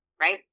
right